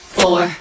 four